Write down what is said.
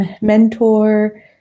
Mentor